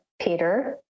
Peter